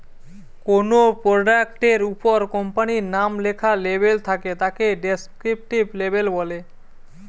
কোনো প্রোডাক্ট এর উপর কোম্পানির নাম লেখা লেবেল থাকে তাকে ডেস্ক্রিপটিভ লেবেল বলে